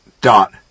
dot